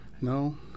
No